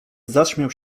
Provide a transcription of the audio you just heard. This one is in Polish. zaśmiał